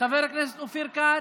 חבר הכנסת אופיר כץ,